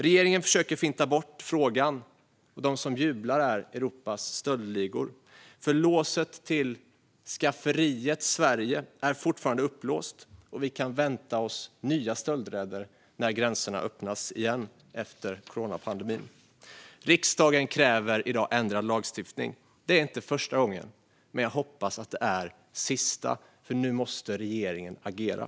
Regeringen försöker finta bort frågan, och de som jublar är Europas stöldligor. Låset till skafferiet Sverige är nämligen fortfarande upplåst, och vi kan vänta oss nya stöldräder när gränserna öppnas igen efter coronapandemin. Riksdagen kräver i dag ändrad lagstiftning. Det är inte första gången, men jag hoppas att det är sista. Nu måste nämligen regeringen agera.